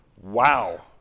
Wow